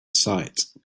sight